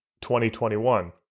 2021